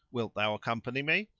wilt thou accompany me?